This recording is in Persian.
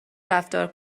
رفتار